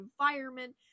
environment